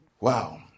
Wow